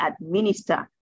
administer